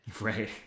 Right